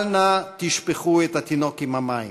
אל נא תשפכו את התינוק עם המים,